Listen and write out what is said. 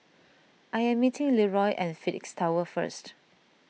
I am meeting Leeroy at Phoenix Tower first